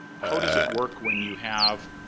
how does it work when you have